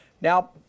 Now